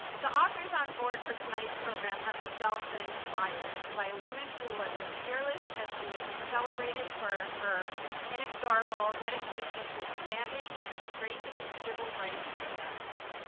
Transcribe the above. the authors onboard for tonight's program have, themselves, been inspired by a woman who was a fearless as she was celebrated for her inexorable dedication to expanding and strengthening civil rights in america.